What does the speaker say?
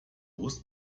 los